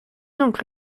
donc